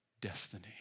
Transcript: destiny